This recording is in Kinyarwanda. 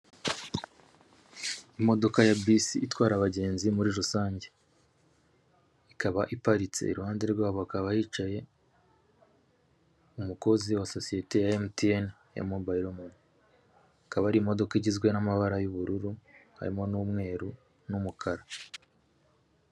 Imodoka ya bisi itwara abagenzi muri rusange, ikaba iparitse, iruhande rwayo hakaba hicaye umukozi wa sosiyete ya MTN ya mobayilo mani, ikaba ari imodoka igizwe n'amabara y'ubururu harimo n'umweru n'umukara.